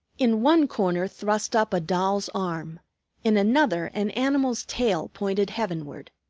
in one corner thrust up a doll's arm in another, an animal's tail pointed heavenward.